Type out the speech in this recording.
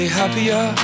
happier